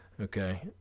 Okay